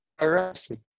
Arrested